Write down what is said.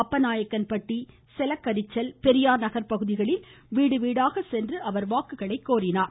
அப்பநாயக்கன்பட்டி செலக்கரிசல் பெரியார் நகர் பகுதிகளில் வீடுவீடாக சென்று வாக்குகளை கோரினார்